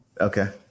Okay